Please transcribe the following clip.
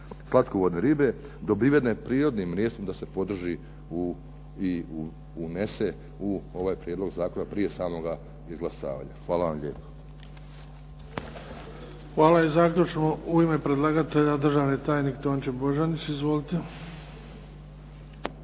slatkovodne ribe, dobivene prirodnim mrijestvom da se podrži i unese u ovaj prijedlog zakona prije samoga izglasavanja. Hvala vam lijepo. **Bebić, Luka (HDZ)** Hvala. I zaključno u ime predlagatelja, državni tajnik Tonči Božanić. Izvolite.